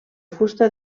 fusta